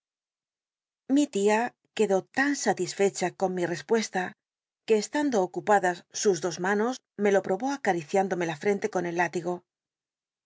mi tia quedó tan satisfecha con mi tcspue ta que estando ocupadas sus dos manos me lo probo acaticitindome la ftcnte con el hitigo